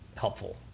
helpful